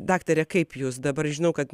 daktare kaip jūs dabar žinau kad